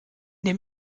dem